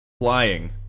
flying